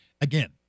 again